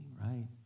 right